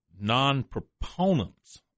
non-proponents